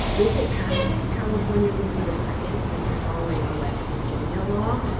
if it passes, california would be the second. this is following a west virginia law.